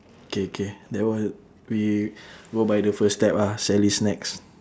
K K that one we go by the first step ah sally's snacks